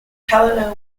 helena